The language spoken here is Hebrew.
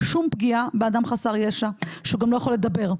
שום פגיעה באדם חסר ישע שהוא גם לא יכול לדבר.